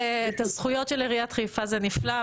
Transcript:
הזכויות של עיריית חיפה זה נפלא,